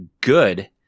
good